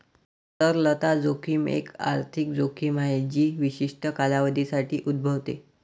तरलता जोखीम एक आर्थिक जोखीम आहे जी विशिष्ट कालावधीसाठी उद्भवते